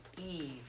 Eve